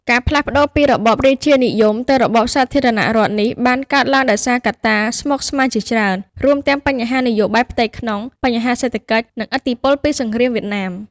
ការផ្លាស់ប្ដូរពីរបបរាជានិយមទៅរបបសាធារណរដ្ឋនេះបានកើតឡើងដោយសារកត្តាស្មុគស្មាញជាច្រើន រួមទាំងបញ្ហានយោបាយផ្ទៃក្នុង បញ្ហាសេដ្ឋកិច្ច និងឥទ្ធិពលពីសង្គ្រាមវៀតណាម។